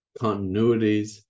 continuities